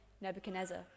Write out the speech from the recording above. Nebuchadnezzar